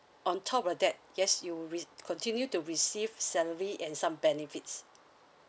on top of that yes you will re~ continue to receive salary and some benefits